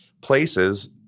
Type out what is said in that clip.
places